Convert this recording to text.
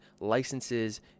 licenses